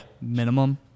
minimum